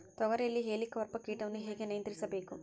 ತೋಗರಿಯಲ್ಲಿ ಹೇಲಿಕವರ್ಪ ಕೇಟವನ್ನು ಹೇಗೆ ನಿಯಂತ್ರಿಸಬೇಕು?